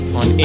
on